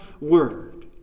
word